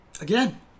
Again